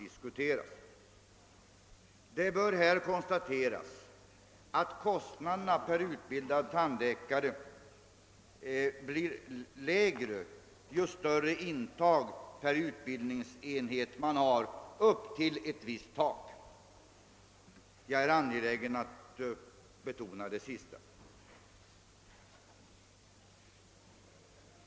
Det bör här konstateras att kostnaderna för utbildning av tandläkare blir lägre ju större intag per utbildningsenhet man har upp till ett visst antal. Jag är angelägen om att betona detta sista.